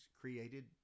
created